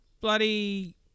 bloody